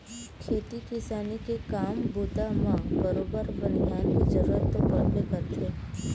खेती किसानी के काम बूता म बरोबर बनिहार के जरुरत तो पड़बे करथे